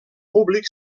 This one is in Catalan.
públic